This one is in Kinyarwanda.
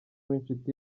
w’inshuti